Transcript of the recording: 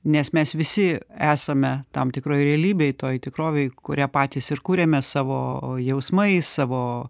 nes mes visi esame tam tikroj realybėj toj tikrovėj kurią patys ir kuriame savo jausmais savo